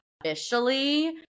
officially